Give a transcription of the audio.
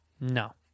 No